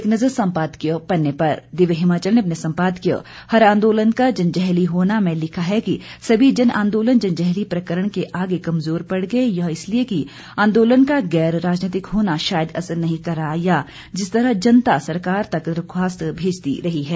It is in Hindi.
एक नजर संपादकीय पर दिव्य हिमाचल ने अपने संपादकीय हर आंदोलन का जंजैहली होना में लिखा है कि सभी जन आंदोलन जंजैहली प्रकरण के आगे कमजोर पड़ गए यह इसलिए कि आंदोलन का गैर राजनीतिक होना शायद असर नहीं कर रहा या जिस तरह जनता सरकार तक दरख्वास्त मेजती रही है